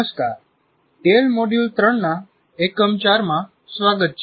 નમસ્કાર ટેલ મોડ્યુલ 3 ના એકમ 4 માં સ્વાગત છે